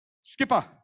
skipper